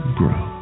grow